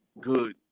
good